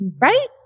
right